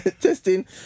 Testing